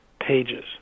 pages